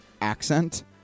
accent